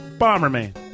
Bomberman